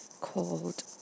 called